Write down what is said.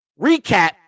recap